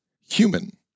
human